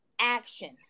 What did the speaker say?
actions